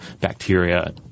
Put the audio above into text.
bacteria